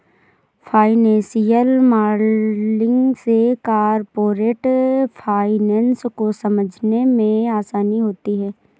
financial modelling से corporate finance को समझने में आसानी होती है